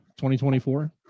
2024